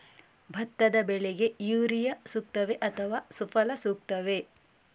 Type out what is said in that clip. ಭತ್ತದ ಬೆಳೆಗೆ ಯೂರಿಯಾ ಸೂಕ್ತವೇ ಅಥವಾ ಸುಫಲ ಸೂಕ್ತವೇ?